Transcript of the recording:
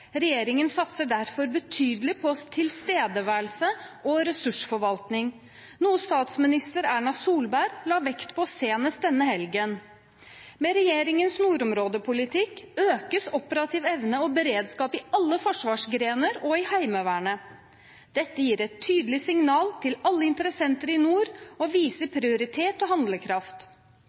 Regjeringen satser derfor betydelig på tilstedeværelse og ressursforvaltning, noe statsminister Erna Solberg la vekt på senest denne helgen. Med regjeringens nordområdepolitikk økes operativ evne og beredskap i alle forsvarsgrener, bl.a. i Heimevernet. Dette gir et tydelig signal til alle interessenter i nord og viser prioritet og handlekraft.